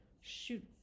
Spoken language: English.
Shoot